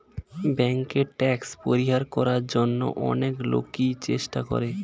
ব্যাংকে ট্যাক্স পরিহার করার জন্য অনেক লোকই চেষ্টা করে